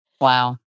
Wow